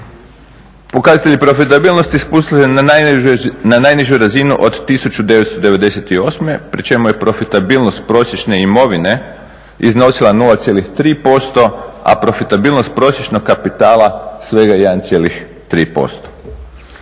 Pokazatelje profitabilnosti spustili na najnižu razinu od 1998. pri čemu je profitabilnost prosječne imovine iznosila 0,3% a profitabilnost prosječnog kapitala svega 1,3%.